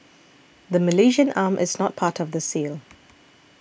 the Malaysian arm is not part of the sale